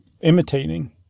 imitating